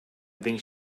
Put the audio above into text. think